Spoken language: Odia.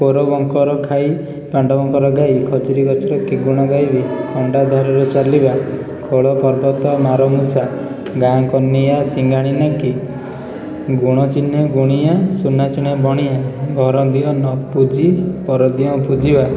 କୌରବଙ୍କର ଖାଇ ପାଣ୍ଡବଙ୍କର ଗାଈ ଖଜୁରୀ ଗଛର କି ଗୁଣ ଗାଇବି ଖଣ୍ଡା ଧାରରେ ଚାଲିବା ଖୋଳ ପର୍ବତ ମାର ମୂଷା ଗାଁ କନିଆଁ ସିଙ୍ଗାଣି ନାକି ଗୁଣ ଚିହ୍ନେ ଗୁଣିଆ ସୁନା ଚିହ୍ନେ ବଣିଆ ଘର ଦିଅଁ ନ ପୂଜି ପର ଦିଅଁ ପୂଜିବା